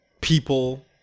people